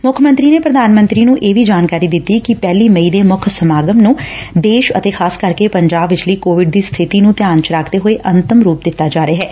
ਮੁੱਖ ਮੰਤਰੀ ਨੇ ਪ੍ਰਧਾਨ ਮੰਤਰੀ ਨੇ ਇਹ ਵੀ ਜਾਣਕਾਰੀ ਦਿੱਤੀ ਕਿ ਪਹਿਲੀ ਮਈ ਦੇ ਮੁੱਖ ਸਮਾਗਮ ਨੇ ਦੇਸ਼ ਅਤੇ ਖਾਸ ਕਰਕੇ ਪੰਜਾਬ ਵਿਚਲੀ ਕੋਵਿਡ ਦੀ ਸਬਿਤੀ ਨੂੰ ਧਿਆਨ ਵਿੱਚ ਰੱਖਦੇ ਹੋਏ ਅੰਤਿਮ ਰੁਪ ਦਿੱਤਾ ਜਾ ਰਿਹੈ